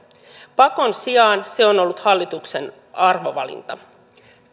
pakon sijaan se on ollut hallituksen arvovalinta